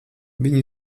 viņa